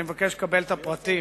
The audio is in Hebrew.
אני מבקש לקבל את הפרטים.